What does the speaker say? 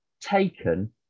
taken